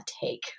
take